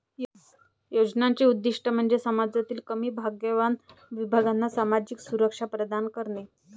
योजनांचे उद्दीष्ट म्हणजे समाजातील कमी भाग्यवान विभागांना सामाजिक सुरक्षा प्रदान करणे